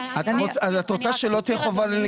אני לא מבין, את רוצה שלא תהיה חובת נגישות?